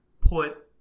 put